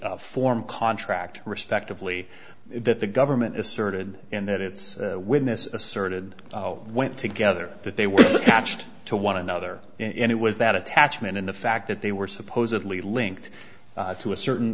form contract respectively that the government asserted and that its witness asserted when together that they were attached to one another and it was that attachment and the fact that they were supposedly linked to a certain